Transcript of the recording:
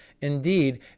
Indeed